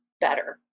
better